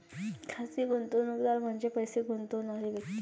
खाजगी गुंतवणूकदार म्हणजे पैसे गुंतवणारी व्यक्ती